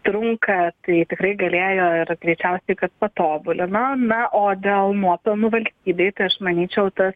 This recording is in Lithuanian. trunka tai tikrai galėjo ir greičiausiai kad patobulino na o dėl nuopelnų valstybei tai aš manyčiau tas